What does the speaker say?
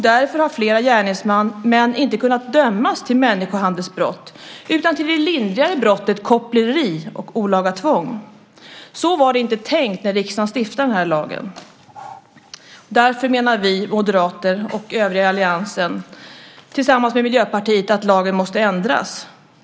Därför har flera gärningsmän inte kunnat dömas till människohandelsbrott utan till de lindrigare brotten koppleri och olaga tvång. Så var det inte tänkt när riksdagen stiftade lagen. Därför menar vi moderater och övriga i alliansen tillsammans med Miljöpartiet att lagen måste ändras.